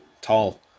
tall